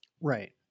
Right